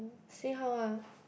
see how ah